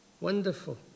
Wonderful